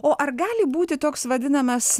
o ar gali būti toks vadinamas